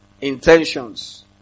intentions